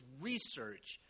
research